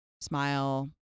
smile